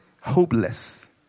Hopeless